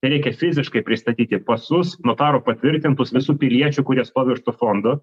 tai reikia fiziškai pristatyti pasus notaro patvirtintus visų piliečių kurie stovi už to fondo